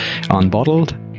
unbottled